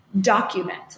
document